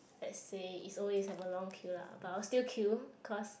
let's say if always have a long queue lah but I will still queue cause